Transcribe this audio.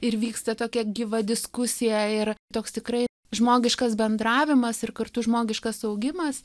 ir vyksta tokia gyva diskusija ir toks tikrai žmogiškas bendravimas ir kartu žmogiškas augimas